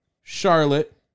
Charlotte